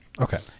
Okay